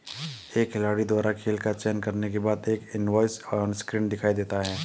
एक खिलाड़ी द्वारा खेल का चयन करने के बाद, एक इनवॉइस ऑनस्क्रीन दिखाई देता है